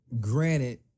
granted